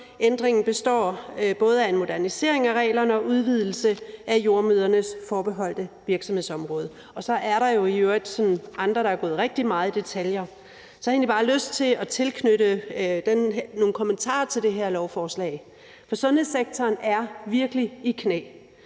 Ændringen består både af en modernisering af reglerne og en udvidelse af jordemødrenes forbeholdte virksomhedsområde. Så er der jo i øvrigt også andre, der er gået rigtig meget i detaljer. Så jeg har egentlig bare lyst til at knytte nogle kommentarer til det her lovforslag. For sundhedssektoren er virkelig i knæ,